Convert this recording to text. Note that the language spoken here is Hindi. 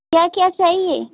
क्या क्या चाहिए